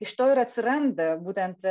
iš to ir atsiranda būtent